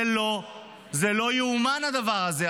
זה לא ייאמן הדבר הזה.